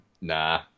Nah